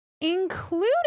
including